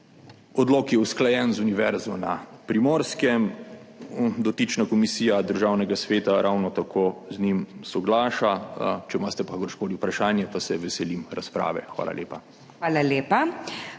Odlok je usklajen z Univerzo na Primorskem, dotična komisija Državnega sveta ravno tako z njim soglaša. Če imate pa kakršnokoli vprašanje, pa se veselim razprave. Hvala lepa.